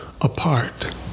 apart